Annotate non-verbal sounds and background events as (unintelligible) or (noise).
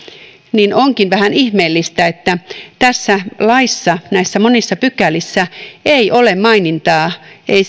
onkin vähän ihmeellistä että tässä laissa näissä monissa pykälissä ei ole mainintaa ei (unintelligible)